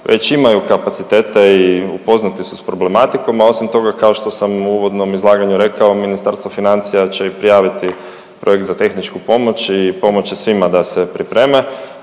već imaju kapacitete i upoznati su sa problematikom, a osim toga kao što sam u uvodnom izlaganju rekao Ministarstvo financija će i prijaviti projekt za tehničku pomoć i pomoći će svima da se pripreme,